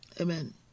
amen